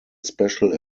special